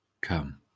Come